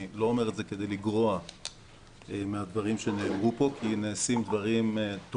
אני לא אומר את זה כדי לגרוע מהדברים שנאמרו פה כי נעשים דברים טובים,